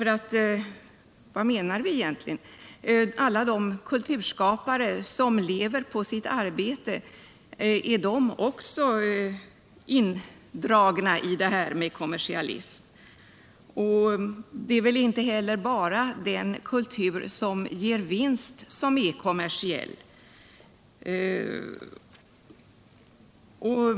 Vad menar vi egentligen? Är alla de kulturskapare som lever på sitt arbete också indragna i kommersialismen? Det är väl inte bara den kultur som ger vinst som är kommersiell?